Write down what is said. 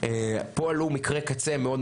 פה עלו מקרי קצה מאוד,